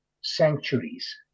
sanctuaries